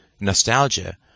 nostalgia